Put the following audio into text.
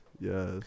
Yes